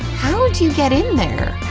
how'd you get in there?